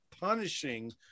punishing